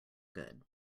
good